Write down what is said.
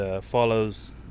follows